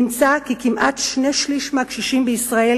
נמצא כי כמעט שני-שלישים מהקשישים בישראל